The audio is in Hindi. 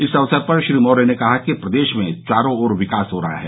इस अवसर पर श्री मौर्य ने कहा कि प्रदेश में चारों ओर विकास हो रहा है